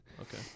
Okay